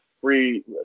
free –